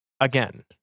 Again